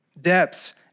Depths